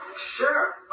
Sure